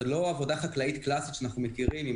זו לא עבודה חקלאית קלאסית שאנחנו מכירים עם